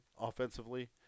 offensively